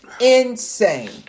Insane